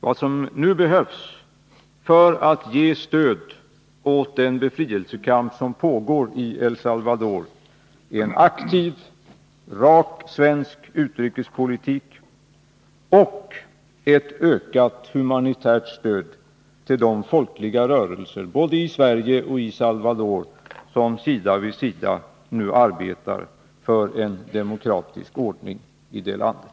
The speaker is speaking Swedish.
Vad som nu behövs för att ge stöd åt den befrielsekamp som pågår i El Salvador är en aktiv, rak svensk utrikespolitik och ett ökat humanitärt stöd till de folkliga rörelser både i Sverige och i El Salvador som sida vid sida arbetar för en demokratisk ordning i det landet.